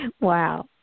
Wow